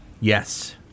Yes